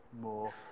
more